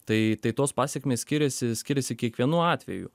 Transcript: tai tai tos pasekmės skiriasi skiriasi kiekvienu atveju